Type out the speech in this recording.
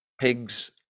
pigs